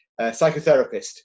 psychotherapist